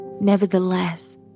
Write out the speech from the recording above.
Nevertheless